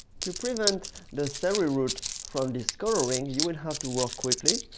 to prevent the celery root from discoloring, you will have to work quickly,